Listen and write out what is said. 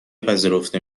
پذیرفته